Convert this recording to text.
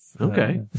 Okay